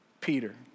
Peter